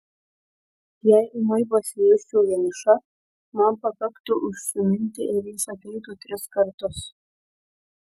jei ūmai pasijusčiau vieniša man pakaktų užsiminti ir jis ateitų tris kartus